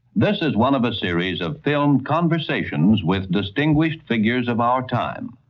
this is one of a series of film conversations with distinguished figures of our time.